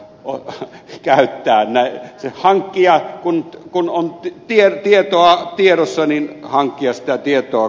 onko se käyttää näitä hankkia sitä tietoa käyttöönsä